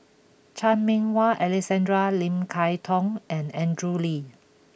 Chan Meng Wah Alexander Lim Kay Tong and Andrew Lee